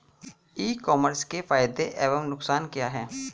E commerce के फायदे एवं नुकसान क्या हैं?